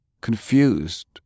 confused